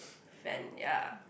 fan ya